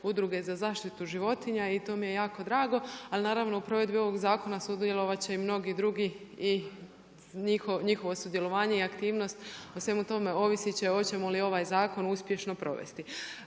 udruge za zaštitu životinja i to mi je jako drago. Ali naravno u provedbi ovog zakona sudjelovat će i mnogi drugi i njihovo sudjelovanje i aktivnost o svemu tome ovisit će hoćemo li ovaj zakon uspješno provesti.